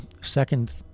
second